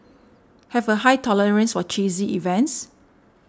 have a high tolerance for cheesy events